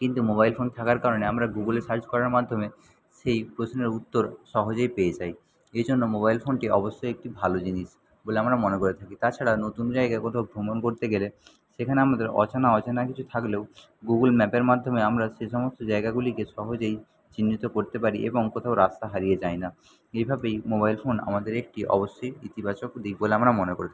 কিন্তু mobile phone থাকার কারণে আমরা গুগুলে সার্চ করার মাধ্যমে সেই প্রশ্নের উত্তর সহজেই পেয়ে যাই এজন্য মোবাইল ফোনটি অবশ্যই একটি ভালো জিনিস বলে আমরা মনে করে থাকি তাছাড়া নতুন জায়গা কোথাও ভ্রমণ করতে গেলে সেখানে আমাদের অচেনা অজানা কিছু থাকলেও গুগুল ম্যাপের মাধ্যমে আমরা সে সমস্ত জায়গাগুলিকে সহজেই চিহ্নিত করতে পারি এবং কোথাও রাস্তা হারিয়ে যায় না এভাবেই মোবাইল ফোন আমাদের একটি অবশ্যই ইতিবাচক দিক বলে আমরা মনে করি